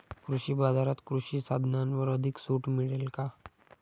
कृषी बाजारात कृषी साधनांवर अधिक सूट मिळेल का?